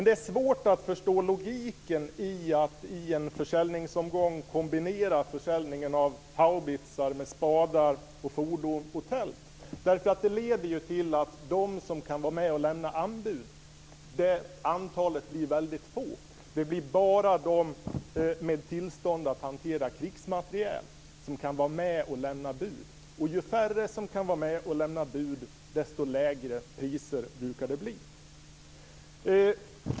Det är svårt att förstå logiken i att i en försäljningsomgång kombinera försäljningen av haubitsar med spadar, fordon och tält, därför att det leder till att de som kan vara med och lämna anbud blir väldigt få. Det blir bara de som har tillstånd att hantera krigsmateriel som kan vara med och lämna bud, och ju färre som kan vara med och lämna bud, desto lägre priser brukar det bli.